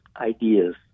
ideas